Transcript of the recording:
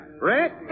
Rick